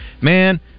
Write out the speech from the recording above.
Man